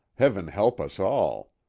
heaven help us all!